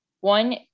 One